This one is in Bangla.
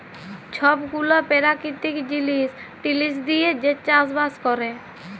ছব গুলা পেরাকিতিক জিলিস টিলিস দিঁয়ে যে চাষ বাস ক্যরে